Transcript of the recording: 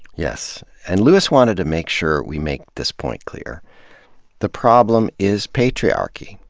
yes. and lewis wanted to make sure we make this point clear the problem is patriarchy,